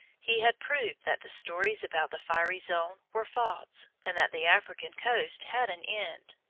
he had proved that the stories about the fiery zone were false, and that the african coast had an end.